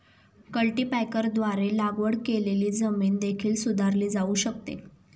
कल्टीपॅकरद्वारे लागवड केलेली जमीन देखील सुधारली जाऊ शकते